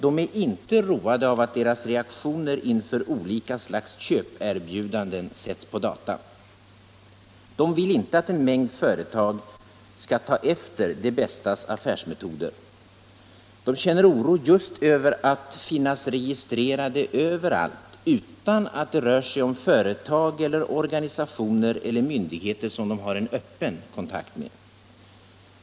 De är inte roade av att deras reaktioner inför olika slags köperbjudanden sätts på data. De vill inte att en mängd företag skall ta efter Det Bästas affärsmetoder. De känner oro just över att finnas registrerade överallt utan att det rör sig om företag, organisationer eller myndigheter, som de har en öppen kontakt med.